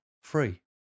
free